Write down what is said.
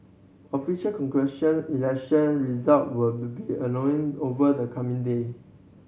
official election result were to be annoying over the coming day